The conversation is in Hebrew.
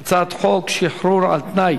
אם יש מישהו שחושב אחרת,